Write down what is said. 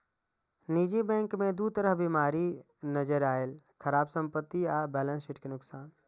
निजी बैंक मे दू तरह बीमारी नजरि अयलै, खराब संपत्ति आ बैलेंस शीट के नुकसान